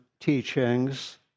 teachings